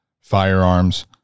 firearms